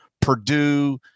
Purdue